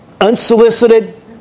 Unsolicited